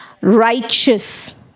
righteous